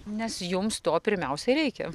nes jums to pirmiausiai reikia